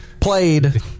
played